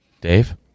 Dave